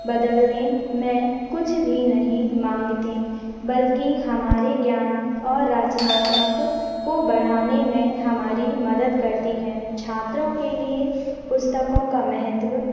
बदलने में कुछ भी नहीं माँगतीं बल्कि हमारे ज्ञान और रचनात्मक को बढ़ाने में हमारी मदद करती हैं छात्रों के लिए पुस्तकों का महत्व